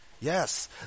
Yes